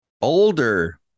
Older